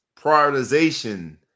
prioritization